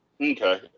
Okay